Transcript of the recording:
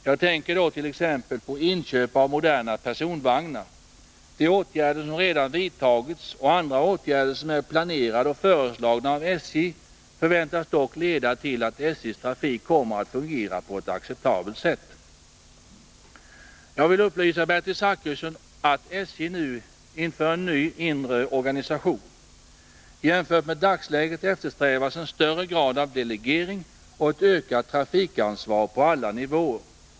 Jag tänker då t.ex. på inköp av moderna personvagnar. De åtgärder som redan vidtagits och andra åtgärder som är planerade och föreslagna av SJ förväntas dock leda till att SJ:s trafik kommer att fungera på ett acceptabelt sätt. Jag vill upplysa Bertil Zachrisson om att SJ nu inför en ny inre organisation. Jämfört med dagsläget eftersträvas en högre grad av delegering och ett ökat trafikansvar på alla nivåer.